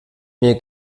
mir